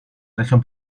rigen